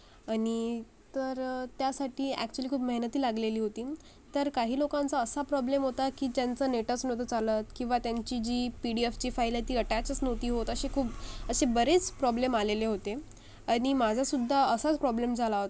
आणि तर त्यासाठी अॅक्च्युली खूप मेहनतही लागलेली होती तर काही लोकांचा असा प्रॉब्लेम होता की त्यांचं नेटच नव्हतं चालत किंवा त्यांची जी पी डी एफची फाईल आहे ती अटॅचच नव्हती होत असे खूप असे बरेच प्रॉब्लेम आलेले होते आणि माझंसुद्धा असाच प्रॉब्लेम झाला होता